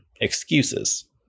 Excuses